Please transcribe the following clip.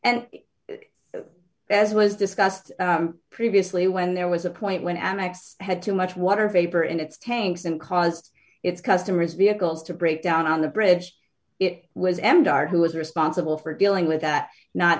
and as was discussed previously when there was a point when an axe had too much water vapor in its tanks and caused its customers vehicles to break down on the bridge it was embar who was responsible for dealing with that not